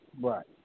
Right